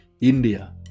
India